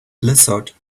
blizzard